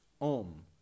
om